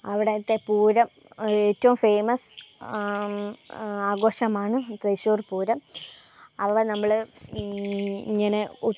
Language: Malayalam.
അവടുത്തെ പൂരം ഏറ്റവും ഫേമസ് ആഘോഷമാണ് തൃശ്ശൂർ പൂരം അവിടെ നമ്മൾ ഇങ്ങനെ